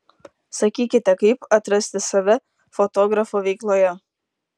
sakykite kaip atrasti save fotografo veikloje